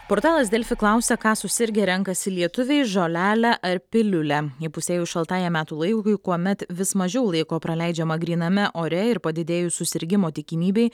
portalas delfi klausia ką susirgę renkasi lietuviai žolelę ar piliulę įpusėjus šaltajam metų laikui kuomet vis mažiau laiko praleidžiama gryname ore ir padidėjus susirgimo tikimybei